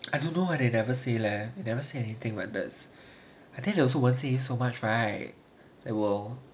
I don't know leh they never say leh they never say anything like this I think they also won't say so much right 对喽